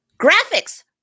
graphics